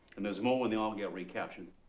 and there's more when they all get recaptured.